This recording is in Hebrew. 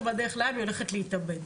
היא הולכת להתאבד.